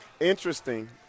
Interesting